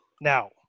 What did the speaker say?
Now